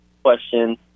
question